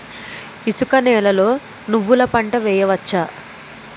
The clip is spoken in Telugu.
ఇసుక నేలలో నువ్వుల పంట వేయవచ్చా?